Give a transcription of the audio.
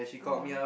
go on